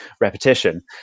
repetition